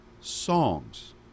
songs